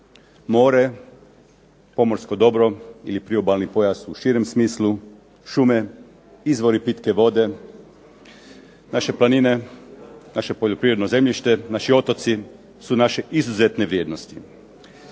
More, pomorsko dobro ili priobalni pojas u širem smislu, šume, izvori pitke vode, naše planine, naše poljoprivredno zemljište, naši otoci su naše izuzetne vrijednosti.